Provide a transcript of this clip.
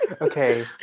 okay